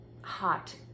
hot